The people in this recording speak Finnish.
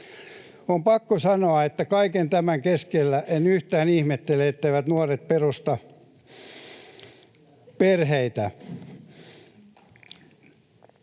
On pakko sanoa, että kaiken tämän keskellä en yhtään ihmettele, etteivät nuoret perusta perheitä.